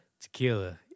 Tequila